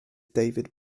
david